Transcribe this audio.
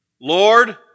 Lord